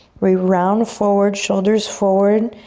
we round forward, shoulders forward.